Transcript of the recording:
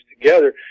together